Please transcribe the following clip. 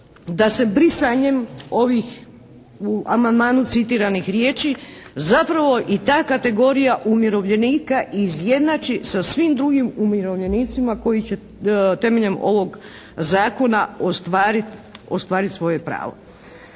da se brisanjem ovih u amandmanu citiranih riječi zapravo i ta kategorija umirovljenika izjednači sa svim drugim umirovljenicima koji će temeljem ovog Zakona ostvariti svoje pravo.